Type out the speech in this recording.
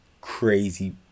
crazy